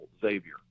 Xavier